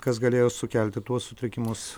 kas galėjo sukelti tuos sutrikimus